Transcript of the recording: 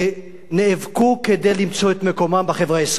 ונאבקו כדי למצוא את מקומם בחברה הישראלית.